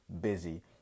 busy